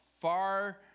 far